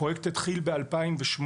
הפרויקט התחיל ב-2008.